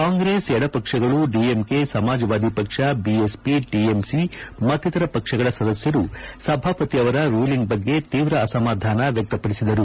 ಕಾಂಗ್ರೆಸ್ ಎದಪಕ್ಷಗಳು ಡಿಎಂಕೆ ಸಮಾಜವಾದಿ ಪಕ್ಷ BSP TMC ಮತ್ತಿತರ ಪಕ್ಷಗಳ ಸದಸ್ಯರು ಸಭಾಪತಿ ಅವರ ರೂಲಿಂಗ್ ಬಗ್ಗೆ ತೀವ್ರ ಅಸಮಾದಾನ ವ್ಯಕ್ತಪಡಿಸಿದರು